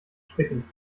spicken